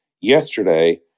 yesterday